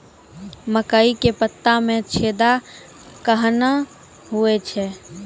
मकई के पत्ता मे छेदा कहना हु छ?